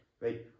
right